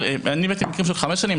הבאתי מקרים של חמש שנים,